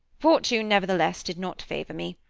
fortune, nevertheless, did not favor me.